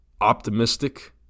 optimistic